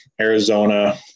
Arizona